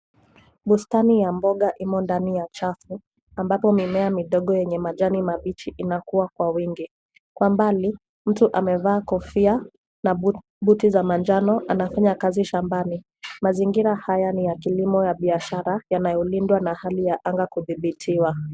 Bustani ya mboga imo ndani ya chafu ambapo mimea midogo yenye majani mabichi inakua kwa wingi. Kwa mbali, mtu amevaa kofia na buti za manjano anafanya kazi shambani. Mazingira haya ni ya kilimo ya biashara yanayolindwa na hali ya anga kudhibitiwa.